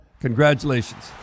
congratulations